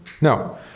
No